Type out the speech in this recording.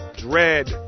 Dread